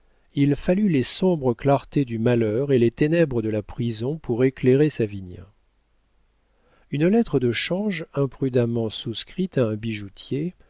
il fallut les sombres clartés du malheur et les ténèbres de la prison pour éclairer savinien une lettre de change imprudemment souscrite à un bijoutier